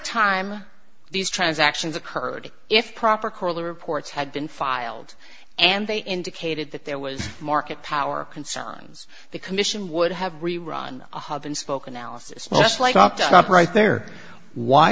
time these transactions occurred if proper curly reports had been filed and they indicated that there was a market power concerns the commission would have really run a hub and spoke analysis must like opt out right there why